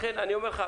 לכן אני אומר לך,